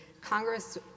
Congress